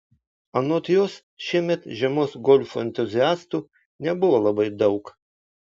anot jos šiemet žiemos golfo entuziastų nebuvo labai daug